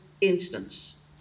instance